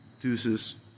deuces